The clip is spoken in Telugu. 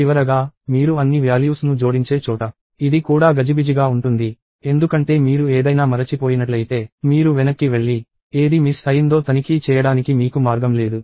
చివరగా మీరు అన్ని వ్యాల్యూస్ ను జోడించే చోట ఇది కూడా గజిబిజిగా ఉంటుంది ఎందుకంటే మీరు ఏదైనా మరచిపోయినట్లయితే మీరు వెనక్కి వెళ్లి ఏది మిస్ అయిందో తనిఖీ చేయడానికి మీకు మార్గం లేదు